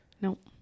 Nope